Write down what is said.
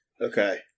Okay